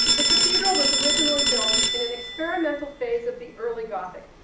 the cathedral was originally built in an experimental phase of the early gothic,